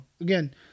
again